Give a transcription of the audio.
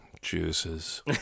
Juices